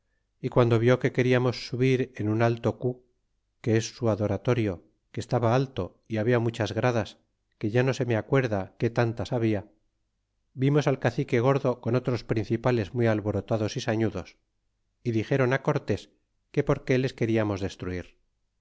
y guando vió que quedamos subir en un alto cu que es su adoratorio que estaba alto y habla muchas gradas que ya no se me acuerda qué tantas había vimos al cacique gordo con otros principales mu j alborotados y sañudos y dixéron cortés que por qué les queriamos destruir